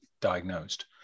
diagnosed